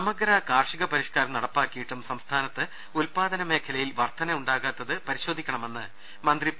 സമഗ്ര കാർഷിക പരിഷ്കാരം നടപ്പാക്കിയിട്ടും സംസ്ഥാനത്ത് ഉൽപാ ദന മേഖലയിൽ വർധന ഉണ്ടാകാത്തത് പരിശോധിക്കണമെന്ന് മന്ത്രി പി